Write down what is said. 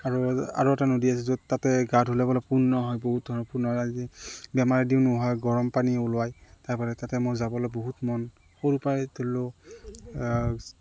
আৰু আৰু এটা নদী আছে য'ত তাতে গা ধুলে বোলে পূণ্য হয় বহুত ধৰণৰ পূণ্যৰাজি বেমাৰ আদিও নোহোৱা হয় গৰম পানী ওলাই তাৰফালে তাতে মই যাবলৈ বহুত মন সৰুৰপৰাই ধৰি লওক